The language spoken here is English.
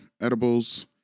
edibles